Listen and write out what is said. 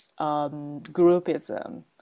groupism